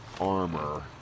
armor